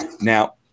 Now